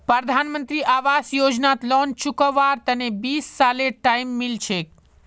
प्रधानमंत्री आवास योजनात लोन चुकव्वार तने बीस सालेर टाइम मिल छेक